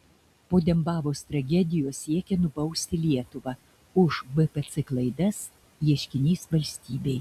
po dembavos tragedijos siekia nubausti lietuvą už bpc klaidas ieškinys valstybei